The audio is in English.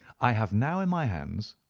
i have now in my hands,